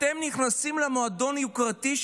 אתם נכנסים למועדון יוקרתי,